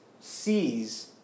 sees